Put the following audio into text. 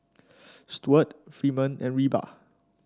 Stuart Freeman and Reba